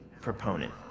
proponent